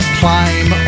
climb